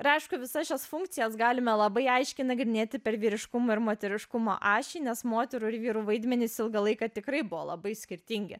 ir aišku visas šias funkcijas galime labai aiškiai nagrinėti per vyriškumo ir moteriškumo ašį nes moterų ir vyrų vaidmenys ilgą laiką tikrai buvo labai skirtingi